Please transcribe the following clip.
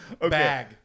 Bag